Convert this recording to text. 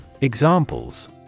Examples